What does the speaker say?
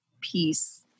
peace